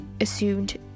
assumed